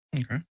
Okay